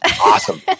awesome